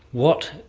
what,